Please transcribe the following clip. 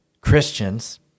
Christians